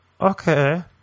okay